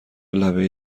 لبه